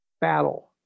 battle